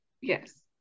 Yes